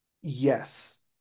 Yes